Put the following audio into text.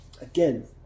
again